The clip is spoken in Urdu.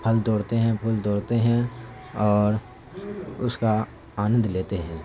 پھل توڑتے ہیں پھول توڑتے ہیں اور اس کا آنند لیتے ہیں